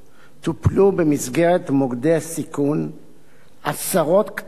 טופלו במסגרת מוקדי הסיכון עשרות קטעים